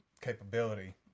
capability